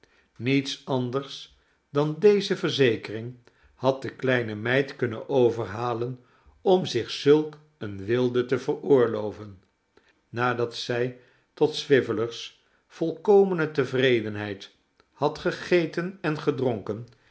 niets anders dan deze verzekering had de kleine meid kunnen overhalen om zich zulk eene weelde te veroorloven nadat zij tot swiveller's volkomene tevredenheid had gegeten en gedrohken